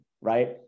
right